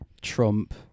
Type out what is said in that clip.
Trump